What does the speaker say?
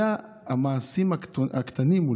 אלה המעשים הקטנים,